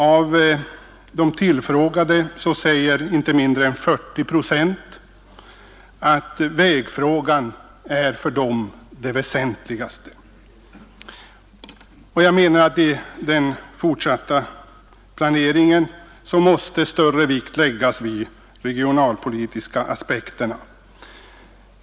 Av de tillfrågade säger inte mindre än 40 procent att vägfrågan för dem är väsentligast av allt. I den fortsatta planeringen måste större vikt läggas vid de regionalpolitiska aspekterna.